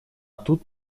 тут